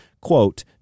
quote